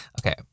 Okay